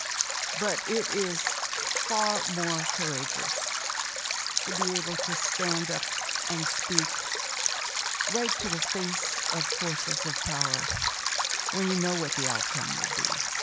but it is far more courageous to be able to stand up and speak right to the face of forces of power when you know what the outcome will be,